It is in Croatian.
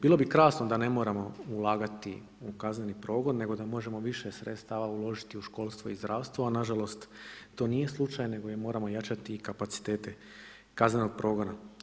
Bilo bi krasno da ne moramo ulagati u kazneni progon nego da možemo više sredstava uložiti u školstvo i zdravstvo, a nažalost to nije slučaj nego je moramo jačati i kapacitete kaznenog progona.